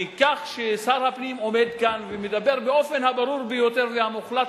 ששר הפנים עומד כאן ומדבר באופן הברור ביותר והמוחלט